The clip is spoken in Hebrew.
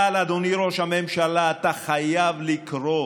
אבל אדוני ראש הממשלה, אתה חייב לקרוא